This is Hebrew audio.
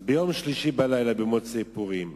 ביום שלישי בלילה, במוצאי פורים,